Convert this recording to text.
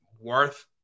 worth